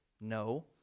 No